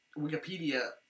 Wikipedia